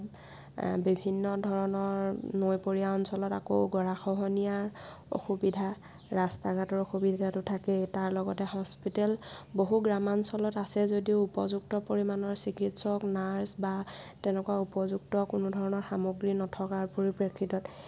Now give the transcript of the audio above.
বিভিন্ন ধৰণৰ নৈপৰীয়া অঞ্চলত আকৌ গৰাখহনীয়াৰ অসুবিধা ৰাস্তা ঘাটৰ অসুবিধাতো থাকেই তাৰ লগতে হস্পিটেল বহু গ্ৰামাঞ্চলত আছে যদিও উপযুক্ত পৰিমাণৰ চিকিৎসক নাৰ্চ বা তেনেকুৱা উপযুক্ত কোনোধৰণৰ সামগ্ৰী নথকাৰ পৰিপ্ৰেক্ষিতত